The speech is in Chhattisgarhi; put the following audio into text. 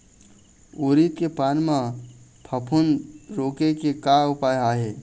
उरीद के पान म फफूंद रोके के का उपाय आहे?